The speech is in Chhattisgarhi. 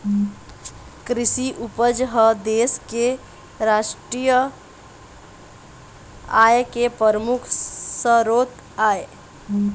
कृषि उपज ह देश के रास्टीय आय के परमुख सरोत आय